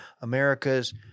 America's